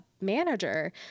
manager